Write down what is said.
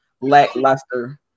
lackluster